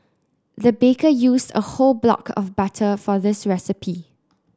the baker used a whole block of butter for this recipe